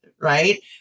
right